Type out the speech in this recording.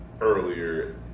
earlier